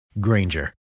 Granger